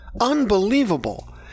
Unbelievable